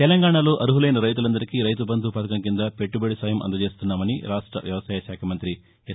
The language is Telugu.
తెలంగాణలో అర్హులైన రైతులందరికీ రైతుబంధు వథకం కింద పెట్లుబడి సాయం అందజేస్తున్నామని రాష్ట వ్యవసాయ శాఖ మంతి ఎస్